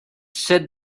said